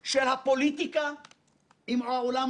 היו כאן מעשים שאנשים צריכים